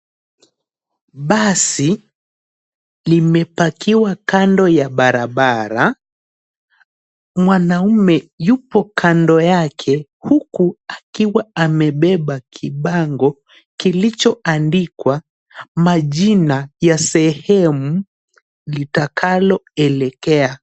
Basi limepakiwa kando ya barabara mwanaume yupo kando yake huku akiwa amebeba kibango kilicho andikwa majina ya sehemu litakalo elekea.